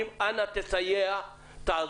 זה אומר שלא מאמינים שישלמו את זה ללקוחות.